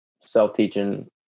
self-teaching